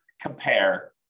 compare